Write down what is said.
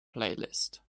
playlist